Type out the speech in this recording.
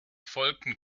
folgten